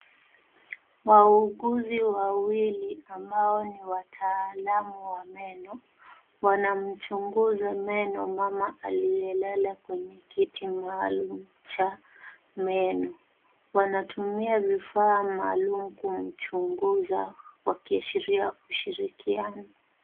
Wauguzi wawili ambao ni wataalamu wa meno, wanamchunguza meno mama aliyelala kwenye kiti maalum cha meno. Wanatumia vifaa maalum kumchunguza wakiashiria kushirikiana.